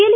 L